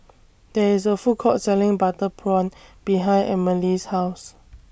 There IS A Food Court Selling Butter Prawn behind Amelie's House